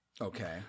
Okay